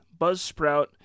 Buzzsprout